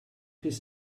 his